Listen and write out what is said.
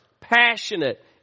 passionate